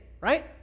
Right